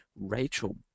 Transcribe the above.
Rachel